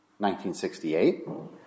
1968